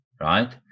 right